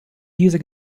diese